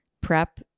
prep